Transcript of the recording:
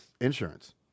insurance